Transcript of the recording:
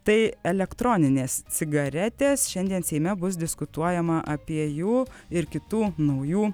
tai elektroninės cigaretės šiandien seime bus diskutuojama apie jų ir kitų naujų